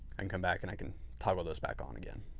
and come back and i can toggle those back on again.